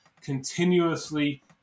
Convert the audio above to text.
continuously